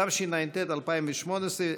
התשע"ט 2018,